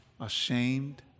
ashamed